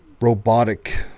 robotic